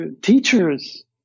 teachers